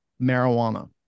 marijuana